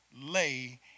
lay